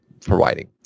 providing